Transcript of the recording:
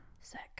Sick